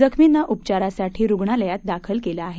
जखमींना उपचारासाठी रुग्णालयात दाखल केले आहे